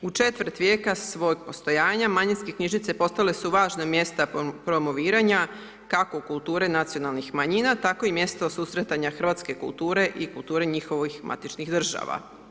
U četvrt vijeka svojeg postojanja manjinske knjižnice postale su važna mjesta promoviranja, kako kulture nacionalnih manjina, tako i mjesto susretanja hrvatske kulture i kulture njihovih matičnih država.